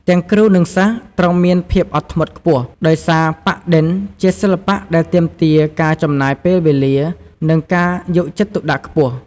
ទាំងគ្រូ និងសិស្សត្រូវមានភាពអត់ធ្មត់ខ្ពស់ ដោយសារប៉ាក់-ឌិន ជាសិល្បៈដែលទាមទារការចំណាយពេលវេលា និងការយកចិត្តទុកដាក់ខ្ពស់។